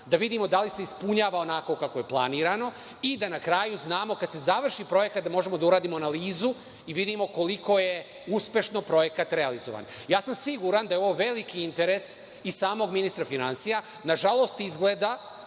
da vidimo da li se ispunjava onako kako je planirano i da na kraju, znamo kad se završi projekat, da možemo da uradimo analizu i vidimo koliko je uspešno projekat realizovan. Siguran sam da je ovo veliki interes i samog ministra finansija. Nažalost, izgleda